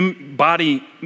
body